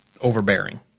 overbearing